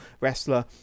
wrestler